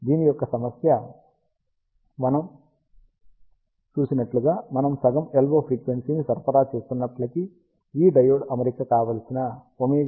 దీని యొక్క సమస్య మరియు మనం చూడగలిగినట్లుగా మనము సగం LO ఫ్రీక్వెన్సీని సరఫరా చేస్తున్నప్పటికీ ఈ డయోడ్ అమరిక కావలసిన ωRF మరియు ωLO మిక్సింగ్ను ఇస్తుంది